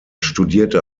studierte